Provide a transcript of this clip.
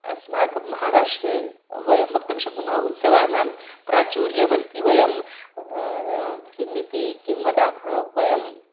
अस्माकं महाराष्ट्रे वयं वक्तुं शक्नुमः उत्सवानां प्राचुर्यमस्ति वयं किम् इति किं वदामः वयं